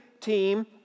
team